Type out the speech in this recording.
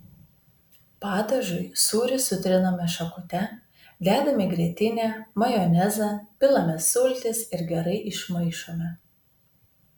padažui sūrį sutriname šakute dedame grietinę majonezą pilame sultis ir gerai išmaišome